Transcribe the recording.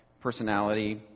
personality